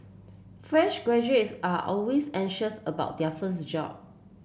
fresh graduates are always anxious about their first job